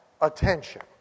attention